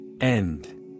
End